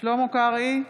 שלמה קרעי,